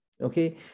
okay